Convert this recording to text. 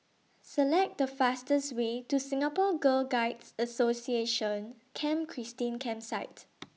Select The fastest Way to Singapore Girl Guides Association Camp Christine Campsite